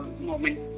moment